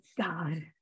god